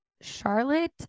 Charlotte